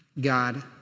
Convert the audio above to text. God